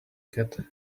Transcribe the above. cat